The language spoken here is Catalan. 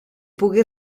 pugui